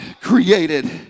created